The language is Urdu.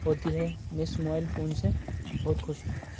ہوتی ہے میں اِس موبائل فون سے بہت خوش ہوں